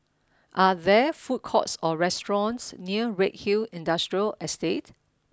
are there food courts or restaurants near Redhill Industrial Estate